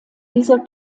dieser